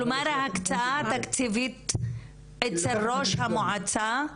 כלומר, ההקצאה התקציבית אצל ראש המועצה?